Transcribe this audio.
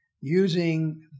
using